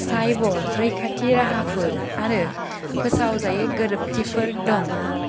cyber रैखाथि राहाफोर आरो फोसावजायै गोरोबथिफोर दं